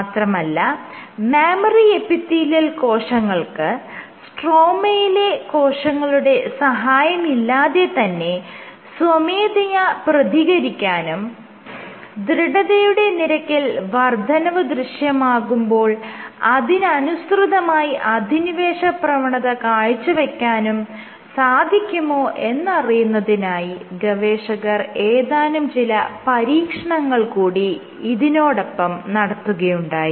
മാത്രമല്ല mammary epithelial കോശങ്ങൾക്ക് സ്ട്രോമയിലെ കോശങ്ങളുടെ സഹായമില്ലാതെ തന്നെ സ്വമേധയ പ്രതികരിക്കാനും ദൃഢതയുടെ നിരക്കിൽ വർദ്ധനവ് ദൃശ്യമാകുമ്പോൾ അതിനനുസൃതമായി അധിനിവേശ പ്രവണത കാഴ്ചവെക്കാനും സാധിക്കുമോ എന്നറിയുന്നതിനായി ഗവേഷകർ ഏതാനും ചില പരീക്ഷണങ്ങൾ കൂടി ഇതിനോടൊപ്പം നടത്തുകയുണ്ടായി